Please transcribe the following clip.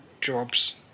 jobs